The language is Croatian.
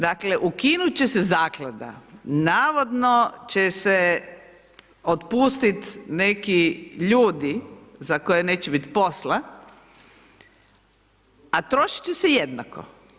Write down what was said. Dakle, ukinut će se zaklada, navodno će se otpustit neki ljudi za koje neće bit posla, a trošit će se jednako.